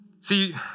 See